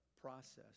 process